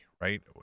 right